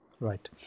Right